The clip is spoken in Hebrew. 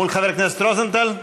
מול חבר הכנסת רוזנטל?